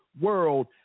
world